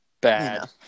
Bad